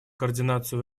координацию